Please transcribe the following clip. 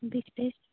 बेश्टेच